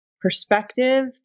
perspective